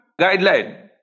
guideline